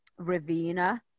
Ravina